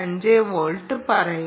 25 volt പറയും